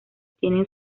tienen